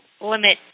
limit